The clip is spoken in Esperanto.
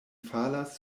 falas